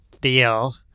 deal